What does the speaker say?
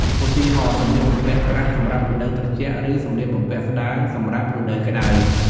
ឧទាហរណ៍ សម្លៀកបំពាក់ក្រាស់សម្រាប់រដូវត្រជាក់ ឬសម្លៀកបំពាក់ស្តើងសម្រាប់រដូវក្តៅ។